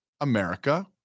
America